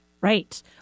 Right